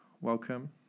Welcome